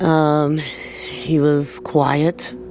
um he was quiet,